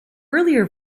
earlier